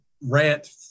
rant